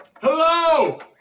Hello